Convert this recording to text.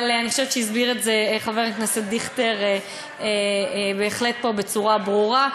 אבל אני חושבת שהסביר את זה חבר הכנסת דיכטר בהחלט בצורה ברורה.